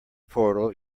portal